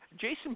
Jason